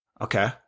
okay